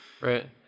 Right